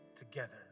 together